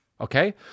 Okay